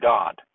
God